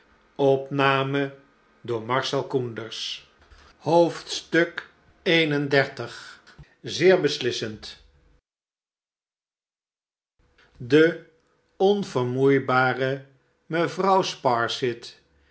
schaamde xxxi zeer besli ssend de onvermoeibare mevrouw